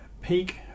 peak